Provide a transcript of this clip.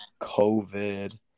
COVID